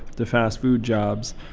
the fast food jobs,